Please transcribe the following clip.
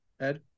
Ed